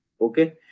okay